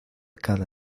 cada